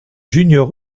junior